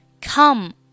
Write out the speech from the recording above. Come